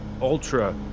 ultra